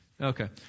Okay